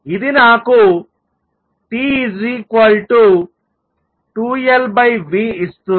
ఇది నాకు T2Lv ఇస్తుంది